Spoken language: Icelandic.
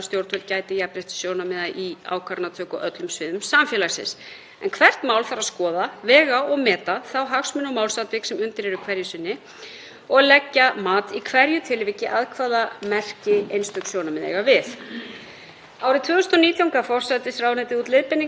og leggja á það mat í hverju tilviki að hvaða marki einstök sjónarmið eiga við. Árið 2019 gaf forsætisráðuneytið út leiðbeiningar fyrir ráðuneyti og stofnanir um verklag í samskiptum við embætti ríkislögmanns og eru þær fyrst og fremst lýsandi fyrir framkvæmd sem hefur þróast um langt árabil í þeim málum sem ríkið tekur til varna,